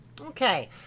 Okay